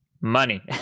money